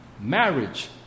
Marriage